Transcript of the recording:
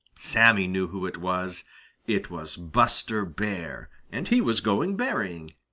sammy knew who it was it was buster bear, and he was going berrying.